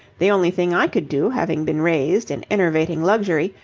the only thing i could do, having been raised in enervating luxury,